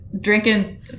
drinking